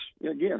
again